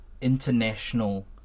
international